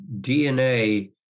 DNA